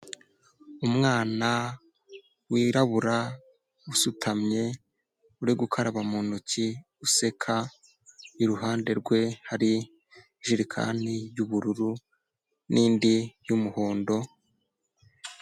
Umwana wirabura usutamye uri gukaraba mu ntoki useka, iruhande rwe hari ijerekani y'ubururu n'indi y'umuhondo.